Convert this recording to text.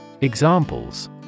Examples